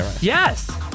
Yes